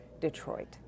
Detroit